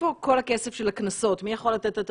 איפה כל הכסף של הקנסות של משרד החקלאות?